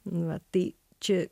na tai čia